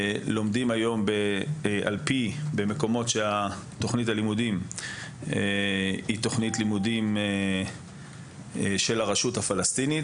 לומדים היום במקומות שתוכנית הלימודים היא של הרשות הפלסטינית.